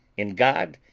in god,